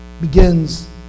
begins